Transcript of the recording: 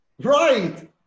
Right